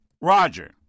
Roger